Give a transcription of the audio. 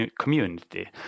community